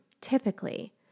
typically